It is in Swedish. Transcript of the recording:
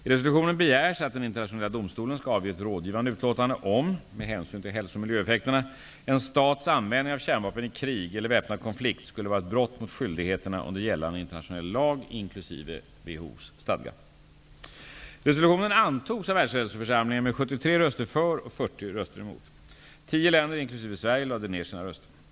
I resolutionen begärs att den internationella domstolen skall avge ett rådgivande utlåtande om, med hänsyn till hälso och miljöeffekterna, en stats användning av kärnvapen i krig eller väpnad konflikt skulle vara ett brott mot skyldigheterna under gällande internationell lag inkl. WHO:s stadga. Sverige lade ner sina röster.